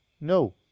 No